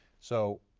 so,